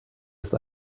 ist